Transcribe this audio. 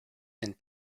and